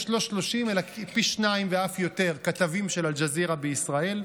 יש לא 30 אלא פי שניים ואף יותר כתבים של אל-ג'זירה בישראל,